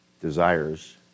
desires